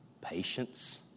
patience